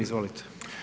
Izvolite.